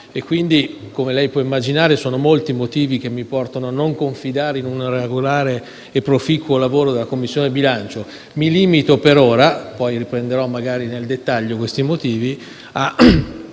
ore 16. Come lei puoi immaginare, sono molti i motivi che mi portano a non confidare in un regolare e proficuo lavoro della Commissione bilancio. Mi limito per ora - poi riprenderò nel dettaglio questi motivi -